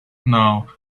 now